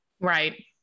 Right